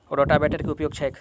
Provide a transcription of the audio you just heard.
रोटावेटरक केँ उपयोग छैक?